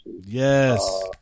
yes